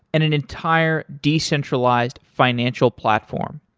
and an entire decentralized financial platform.